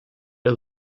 are